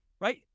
right